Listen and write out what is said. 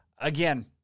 Again